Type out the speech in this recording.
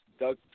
Doug